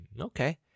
Okay